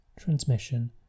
transmission